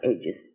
ages